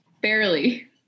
Barely